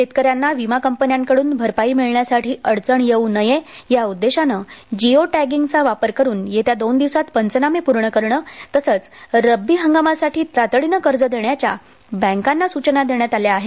शेतकऱ्यांना विमा कंपन्याकड्न भरपाई मिळण्यासाठी अडचण येऊ नये यासाठी जिओ टॅगिंगचा वापर करून येत्या दोन दिवसांत पंचनामे पूर्ण करणं तसंच रब्बी हंगामासाठी तातडीने कर्ज देण्याच्या बँकांना सूचना देण्यात आल्या आहेत